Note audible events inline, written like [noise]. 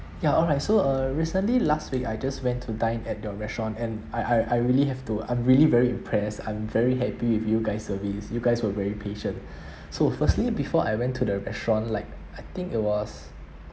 ya alright so uh recently last week I just went to dine at your restaurant and I I I really have to I'm really very impressed I'm very happy with you guys service you guys were very patient [breath] so firstly before I went to the restaurant like I think it was